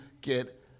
get